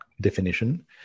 definition